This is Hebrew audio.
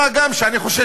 מה גם שערכית